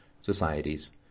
societies